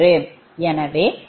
எனவே 120 என்பது சரிதான்